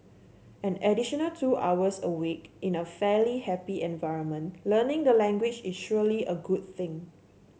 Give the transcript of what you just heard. an additional two hours a week in a fairly happy environment learning the language is surely a good thing